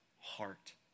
heart